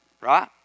right